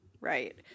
right